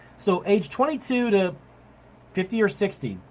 so age twenty two to fifty or sixty,